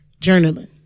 Journaling